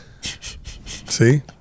See